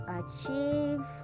achieve